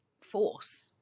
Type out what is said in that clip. force